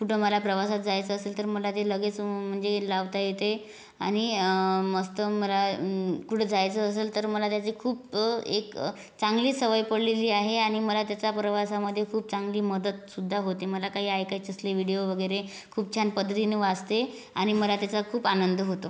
कुठं मला प्रवासात जायचं असेल तर मला ते लगेच म्हणजे लावता येते आणि मस्त मला कुठं जायचं असेल तर मला त्याची खूप एक चांगली सवय पडलेली आहे आणि मला त्याचा प्रवासामध्ये खूप चांगली मदतसुद्धा होते मला काही ऐकायचं असले व्हिडियो वगैरे खूप छान पद्धतीने वाजते आणि मला त्याचा खूप आनंद होतो